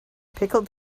pickled